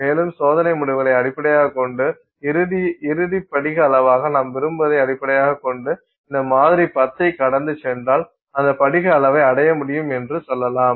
மேலும் சோதனை முடிவுகளை அடிப்படையாகக் கொண்டு இறுதி படிக அளவாக நாம் விரும்புவதை அடிப்படையாகக் கொண்டு இந்த மாதிரி 10 ஐ கடந்து சென்றால் அந்த படிக அளவை அடைய முடியும் என்று சொல்லலாம்